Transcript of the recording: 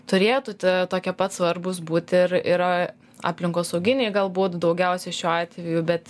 turėtų ta tokie pat svarbūs būti ir ir aplinkosauginiai galbūt daugiausia šiuo atveju bet